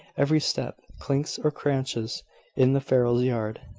every step clinks or craunches in the farrier's yard,